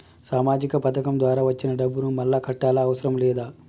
సామాజిక పథకం ద్వారా వచ్చిన డబ్బును మళ్ళా కట్టాలా అవసరం లేదా?